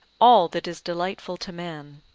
all that is delightful to man.